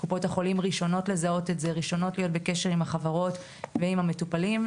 קופות החולים ראשונות לזהות את זה ולהיות בקשר עם החברות ועם המטופלים,